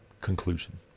conclusion